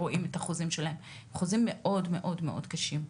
החוזה מאוד מאוד קשה.